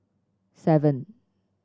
seven